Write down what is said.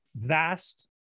vast